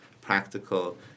practical